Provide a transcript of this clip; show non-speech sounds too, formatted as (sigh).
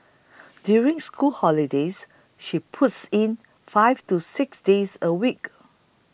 (noise) during school holidays she puts in five to six days a week